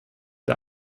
der